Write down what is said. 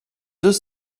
deux